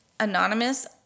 anonymous